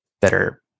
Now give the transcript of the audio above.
better